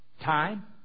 time